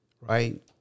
right